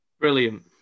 Brilliant